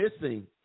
missing